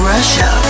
Russia